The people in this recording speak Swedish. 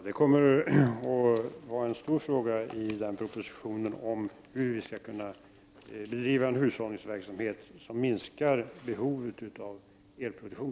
Fru talman! Ja, en stor fråga i den propositionen kommer att vara hur vi skall kunna bedriva en hushållningsverksamhet som t.ex. minskar behovet av elproduktion.